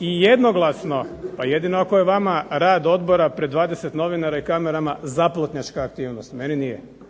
jednoglasno… … /Upadica se ne razumije./… Pa jedino ako je vama rad odbora pred 20 novinara i kamerama zaplotnjačka aktivnost, meni nije.